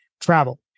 travel